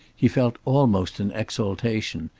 he felt almost an exaltation.